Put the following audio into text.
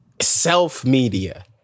self-media